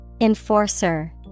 Enforcer